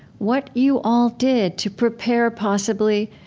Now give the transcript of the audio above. what you all did to prepare possibly